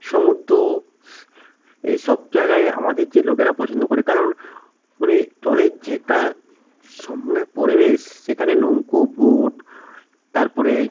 সমুদ্র এসব জায়গায় আমাদের যে লোকেরা পছন্দ করে কারণ মানে জলের যে একটা স্বপ্নের পরিবেশ সেখানে নৌকো বোট তারপরে